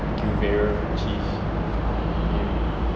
quever~ cheese